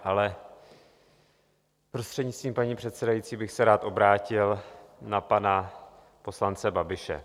Ale prostřednictvím paní předsedající bych se rád obrátil na pana poslance Babiše.